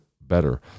better